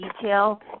detail